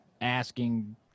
asking